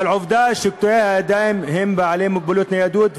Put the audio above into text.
אבל עובדה היא שקטועי ידיים הם בעלי מוגבלות בניידות,